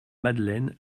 madeleine